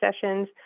sessions